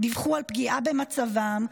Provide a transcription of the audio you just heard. דיווחו על פגיעה במצבן.